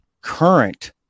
current